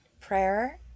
prayer